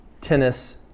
tennis